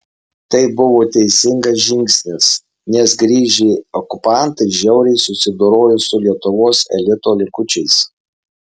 tai buvo teisingas žingsnis nes grįžę okupantai žiauriai susidorojo su lietuvos elito likučiais